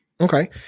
Okay